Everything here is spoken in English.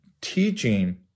teaching